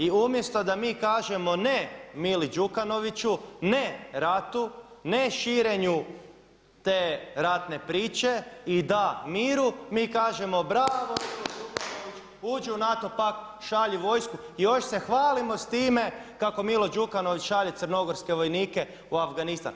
I umjesto da mi kažemo ne Mili Đukonoviću, ne ratu, ne širenju te ratne priče i da miru, mi kažemo bravo Milo Đukanović, uđi u NATO pak, šalji vojsku i još se hvalimo s time kako Milo Đukanović šalje crnogorske vojnike u Afganistan.